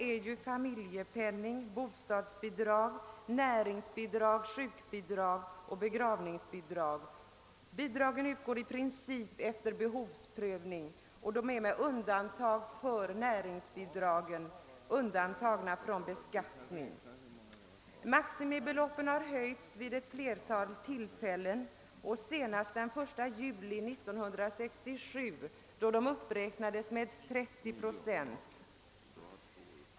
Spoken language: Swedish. är familjepenning, bostadsbidrag, näringsbidrag, sjukbidrag och begravningsbidrag. Bidragen utgår i princip efter behovsprövning. Samtliga bidrag utom näringsbidragen är undantagna från beskattning. Maximibeloppen har höjts vid ett flertal tillfällen, senast den 1 juli 1967 då de uppräknades med 30 procent.